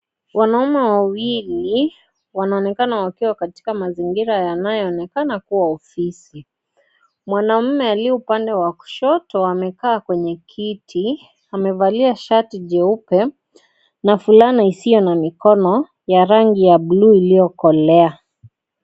Wanaume wawili wanaonekana wakiwa katika mazingira yanayoonekana kuwa ofisi mwanaume aliyeupande wa kushoto amekaa kwenye kiti amevalia shati jeupe na fulana isiyo na mikono ya rangi ya bluu iliokolea.